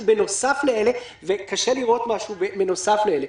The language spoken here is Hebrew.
בנוסף לאלה וקשה לראות משהו בנוסף לאלה.